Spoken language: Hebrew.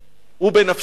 הוא בנפשנו,